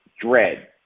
dread